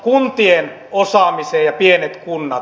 kuntien osaaminen ja pienet kunnat